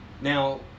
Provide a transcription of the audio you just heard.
Now